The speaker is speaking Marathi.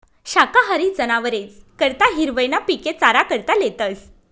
शाकाहारी जनावरेस करता हिरवय ना पिके चारा करता लेतस